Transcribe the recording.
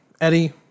Eddie